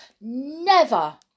Never